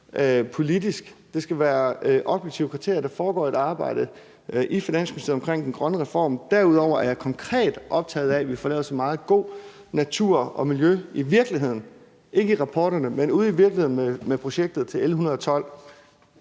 politisk. Der skal være objektive kriterier. Der foregår et arbejde i Finansministeriet omkring GrønREFORM. Derudover er jeg konkret optaget af, at vi får lavet så meget god natur og miljø i virkeligheden – ikke i rapporterne, men ude i virkeligheden – med projektet til L 112,